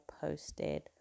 posted